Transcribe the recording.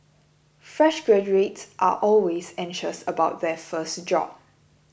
fresh graduates are always anxious about their first job